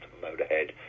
Motorhead